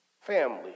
family